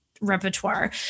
repertoire